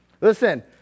Listen